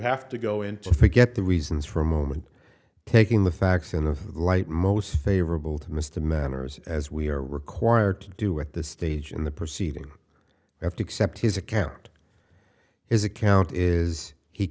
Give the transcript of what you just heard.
have to go into forget the reasons for a moment taking the facts and of the light most favorable to mr manners as we are required to do at this stage in the proceedings have to accept his account his account is he